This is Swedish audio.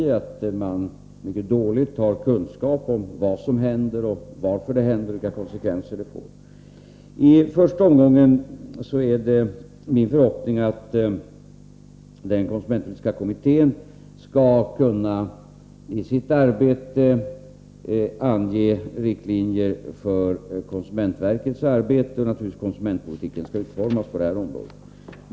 Man har nämligen mycket dåliga kunskaper om det som händer, om varför det händer och om konsekvenserna av det inträffade. I första omgången är det min förhoppning att den konsumentpolitiska kommittén i sitt arbete skall kunna ange riktlinjer för konsumentverkets arbete och naturligtvis för hur konsumentpolitiken skall utformas på detta område.